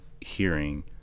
hearing